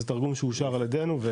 זה תרגום שאושר על ידינו.